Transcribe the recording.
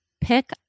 pick